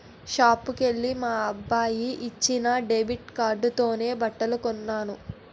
షాపుకెల్లి మా అబ్బాయి ఇచ్చిన డెబిట్ కార్డుతోనే బట్టలు కొన్నాను